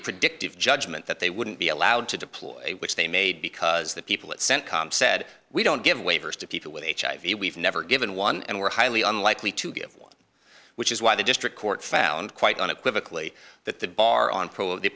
predictive judgment that they wouldn't be allowed to deploy which they made because the people at centcom said we don't give waivers to people with hiv we've never given one and we're highly unlikely to give one which is why the district court found quite unequivocally that the bar on the